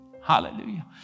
Hallelujah